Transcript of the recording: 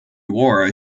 war